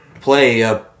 play